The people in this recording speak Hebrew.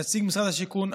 נציג משרד השיכון,